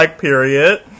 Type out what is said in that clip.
period